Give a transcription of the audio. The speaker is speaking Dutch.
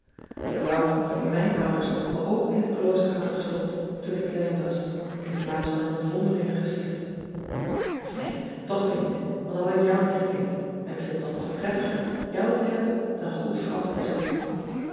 k wou dat mijn ouders me ook in een klooster hadden gestopt toen ik klein was inplaats van in een vondelingengesticht f neen toch weer niet want dan had ik jou niet gekend en ik vind het toch nog prettiger jou te hebben dan goed ransch te spreken